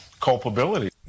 culpability